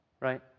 Right